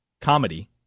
comedy